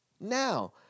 Now